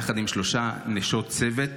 יחד עם שלוש נשות צוות,